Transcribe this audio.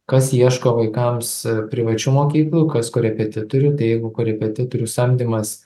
kas ieško vaikams privačių mokyklų kas korepetitorių jeigu korepetitorių samdymas